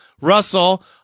Russell